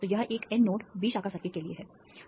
तो यह एक N नोड B शाखा सर्किट के लिए है